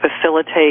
facilitate